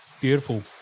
Beautiful